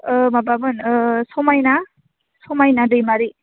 औ माबामोन समाइना समाइना दैमारि